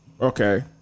Okay